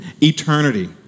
Eternity